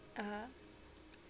ah